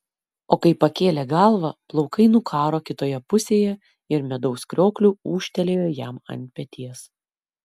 o kai pakėlė galvą plaukai nukaro kitoje pusėje ir medaus kriokliu ūžtelėjo jam ant peties